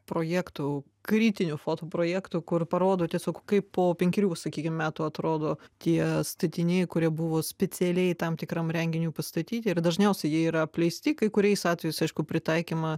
projektų kritinių foto projektų kur parodo tiesiog kaip po penkerių sakykim metų atrodo tie statiniai kurie buvo specialiai tam tikram renginiui pastatyti ir dažniausiai jie yra apleisti kai kuriais atvejais aišku pritaikymą